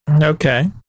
okay